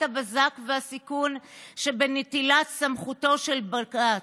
הבזק והסיכון שבנטילת סמכותו של בג"ץ.